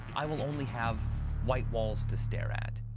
i will only have white walls to stare at.